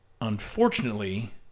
unfortunately